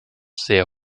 sehr